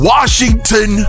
Washington